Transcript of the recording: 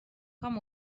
com